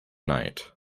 night